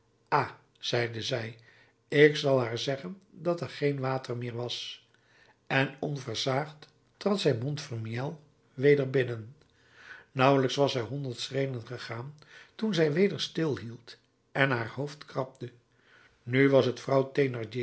ha zeide zij ik zal haar zeggen dat er geen water meer was en onversaagd trad zij montfermeil weder binnen nauwelijks was zij honderd schreden gegaan toen zij weder stilhield en haar hoofd krabde nu was het vrouw